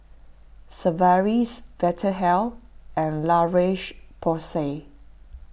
Sigvaris Vitahealth and La Roche Porsay